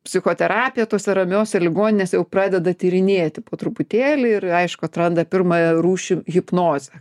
psichoterapija tose ramiose ligoninėse jau pradeda tyrinėti po truputėlį ir aišku atranda pirmąją rūšį hipnozę